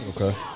Okay